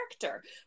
character